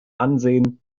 ansehen